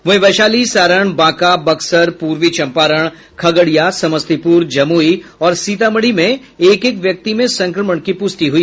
वहीं वैशाली सारण बांका बक्सर पूर्वी चंपारण खगड़िया समस्तीपूर जमूई और सीतामढ़ी में एक एक व्यक्ति में संक्रमण की पुष्टि हुई